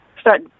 start